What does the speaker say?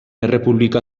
errepublika